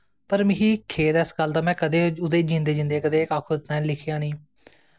पर मेगी खेद ऐ इस गल्ल दा कि में उ'दे जींदे जींदे कदैं लिखेआ नेईं